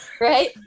Right